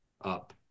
Up